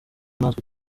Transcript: natwe